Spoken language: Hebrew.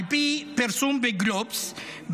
על פי פרסום בגלובס,